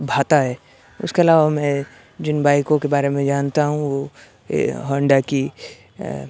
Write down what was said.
بھاتا ہے اس کے علاوہ میں جن بائکوں کے بارے میں جانتا ہوں وہ ہونڈا کی